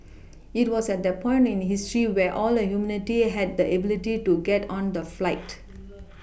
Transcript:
it was at that point in history where all the humanity had the ability to get on the flight